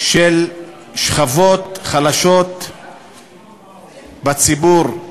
של שכבות חלשות בציבור.